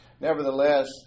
nevertheless